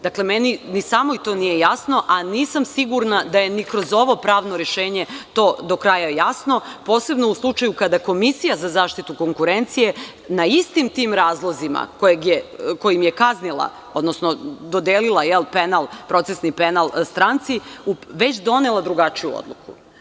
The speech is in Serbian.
Dakle, meni samoj to nije jasno, a nisam sigurna da je ni kroz ovo pravno rešenje to do kraja jasno, posebno u slučaju kada Komisija za zaštitu konkurencije na istim tim razlozima kojim je kaznila, odnosno dodelila procesni penal stranci, već donela drugačiju odluku.